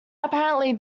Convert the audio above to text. apparently